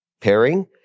pairing